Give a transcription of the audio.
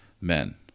men